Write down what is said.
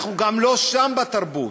וגם, אנחנו לא שם בתרבות.